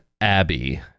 Abby